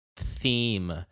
theme